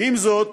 עם זאת,